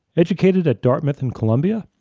educated at dartmouth and columbia,